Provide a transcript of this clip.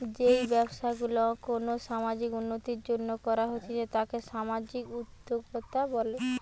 যেই ব্যবসা গুলা কোনো সামাজিক উন্নতির জন্য করা হতিছে তাকে সামাজিক উদ্যোক্তা বলে